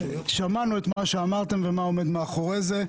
וגם שמענו את מה שאמרתם ומה עומד מאחורי זה,